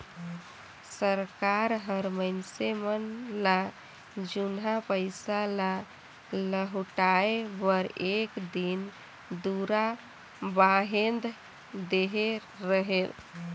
सरकार हर मइनसे मन ल जुनहा पइसा ल लहुटाए बर एक दिन दुरा बांएध देहे रहेल